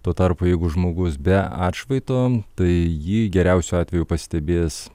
tuo tarpu jeigu žmogus be atšvaito tai jį geriausiu atveju pastebės